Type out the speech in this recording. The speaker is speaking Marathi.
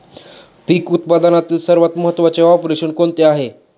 पीक उत्पादनातील सर्वात महत्त्वाचे ऑपरेशन कोणते आहे?